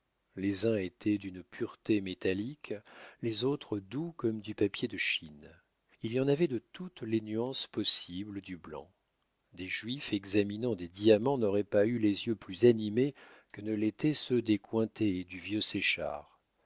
les uns étaient d'une pureté métallique les autres doux comme du papier de chine il y en avait de toutes les nuances possibles du blanc des juifs examinant des diamants n'auraient pas eu les yeux plus animés que ne l'étaient ceux des cointet et du vieux